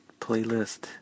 playlist